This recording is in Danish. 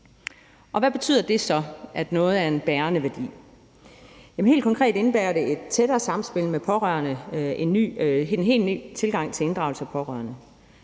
Hvad betyder det så, at noget er en bærende værdi? Helt konkret indebærer det et tættere samspil med pårørende, en helt ny tilgang til inddragelse af pårørende.